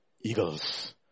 Eagles